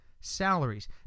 salaries